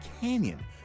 Canyon